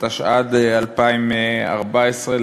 התשע"ד 2014,